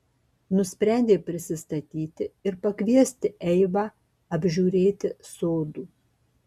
nusprendė prisistatyti ir pakviesti eivą apžiūrėti sodų